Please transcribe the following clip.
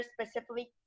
specifically